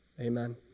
Amen